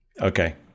Okay